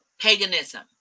paganism